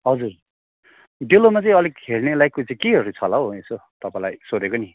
हजुर डेलोमा चाहिँ अलिक खेल्ने लायकको चाहिँ केहरू छ होला हौ यसो तपाईँलाई सोधेको नि